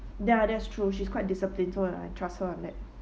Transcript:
ya that is true she is quite disciplined so uh I trust her on that